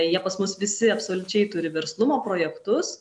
jie pas mus visi absoliučiai turi verslumo projektus